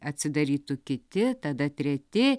atsidarytų kiti tada treti